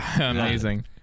Amazing